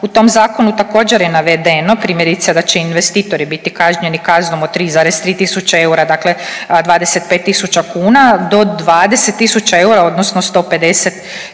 U tom zakonu također je navedeno, primjerice da će investitori biti kažnjeni kaznom od tri zarez tri tisuće eura, dakle 25000 kuna do 20000 eura, odnosno 150000 kuna